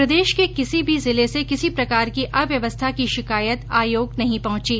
प्रदेश के किसी भी जिले से किसी प्रकार की अव्यवस्था की शिकायत आयोग नहीं पहंची